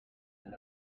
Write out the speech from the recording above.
and